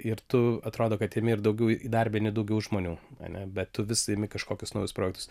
ir tu atrodo kad imi ir daugiau įdarbini daugiau žmonių ane bet tu vis imi kažkokius naujus projektus